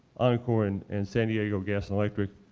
oncor and and san diego gas and electric,